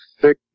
thick